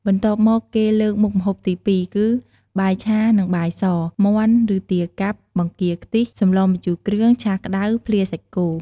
បន្ទាប់់មកគេលើកមុខម្ហូបទី២គឺ បាយឆានិងបាយស មាន់ឬទាកាប់ បង្គាខ្ទិះ សម្លរម្ជូរគ្រឿង ឆាក្តៅ ភ្លាសាច់គោ ។